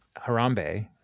Harambe